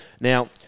Now